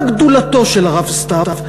מה גדולתו של הרב סתיו,